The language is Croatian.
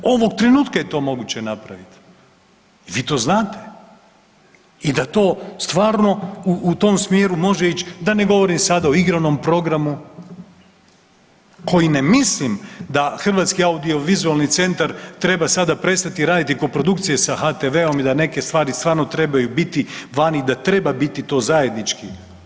Ovog trenutku je to moguće napraviti i vi to znate i da to stvarno u tom smjeru može ići da ne govorim sada o igranom programu koji ne mislim da hrvatski audiovizualni centar treba sada prestati raditi koprodukcije sa HTV-om i da neke stvari stvarno trebaju biti vani i da treba biti to zajednički.